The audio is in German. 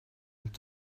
hat